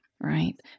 Right